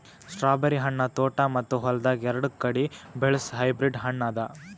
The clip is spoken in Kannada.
ಸ್ಟ್ರಾಬೆರಿ ಹಣ್ಣ ತೋಟ ಮತ್ತ ಹೊಲ್ದಾಗ್ ಎರಡು ಕಡಿ ಬೆಳಸ್ ಹೈಬ್ರಿಡ್ ಹಣ್ಣ ಅದಾ